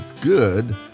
good